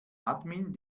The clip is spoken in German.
admin